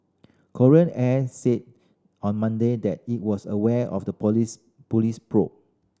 Korean Air said on Monday that it was aware of the police police probe